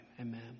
Amen